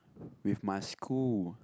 with my school